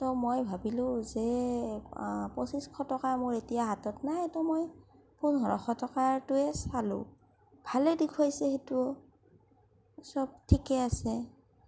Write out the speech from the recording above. ত' মই ভাবিলো যে পঁচিছশ টকা মোৰ এতিয়া হাতত নাই ত' মই পোন্ধৰশ টকাৰটোৱে চালো ভালেই দেখোৱাইছে সেইটোও চব ঠিকে আছে